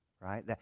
right